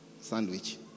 sandwich